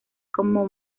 como